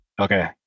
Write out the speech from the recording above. Okay